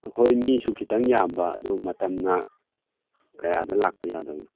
ꯑꯩꯈꯣꯏ ꯃꯤꯁꯨ ꯈꯤꯇꯪ ꯌꯥꯝꯕ ꯑꯗꯨ ꯃꯇꯝꯅ ꯀꯌꯥꯗ ꯂꯥꯛꯄ ꯌꯥꯗꯣꯏꯅꯣ